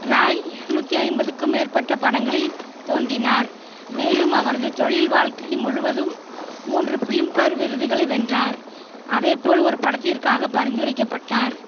ராய் இரநூத்தி ஐம்பதுக்கு மேற்பட்ட படங்களில் தோன்றினார் மேலும் அவரது தொழில் வாழ்க்கை முழுவதும் மூன்று பிலிம்பேர் விருதுகளை வென்றார் அதே போல் ஒரு படத்திற்காக பரிந்துரைக்கப்பட்டார்